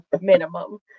minimum